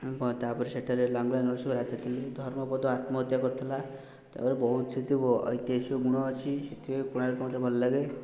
ଆଉ କ'ଣ ତା'ପରେ ସେଠାରେ ଲାଙ୍ଗୁଳା ନରସିଂହ ରାଜା ଥିଲେ ଧର୍ମପଦ ଆତ୍ମହତ୍ୟା କରିଥିଲା ତା'ପରେ ବହୁତ ସେଇଠି ଐତିହାସିକ ଗୁଣ ଅଛି ସେଥିପାଇଁ କୋଣାର୍କ ମୋତେ ଭଲଲାଗେ